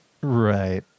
Right